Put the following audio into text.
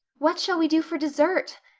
what shall we do for dessert?